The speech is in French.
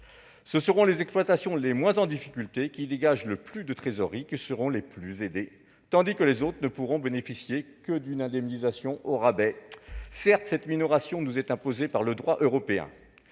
Ce seront les exploitations les moins en difficulté, celles qui dégagent le plus de trésorerie, qui seront les plus aidées, tandis que les autres ne pourront bénéficier que d'une indemnisation au rabais. Certes, cette minoration nous est imposée par le droit européen,